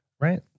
Right